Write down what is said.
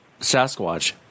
Sasquatch